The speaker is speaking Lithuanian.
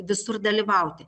visur dalyvauti